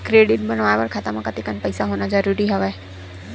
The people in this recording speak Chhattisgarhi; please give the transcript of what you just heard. क्रेडिट बनवाय बर खाता म कतेकन पईसा होना जरूरी हवय?